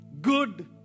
good